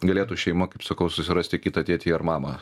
galėtų šeima kaip sakau susirasti kitą tėtį ar mamą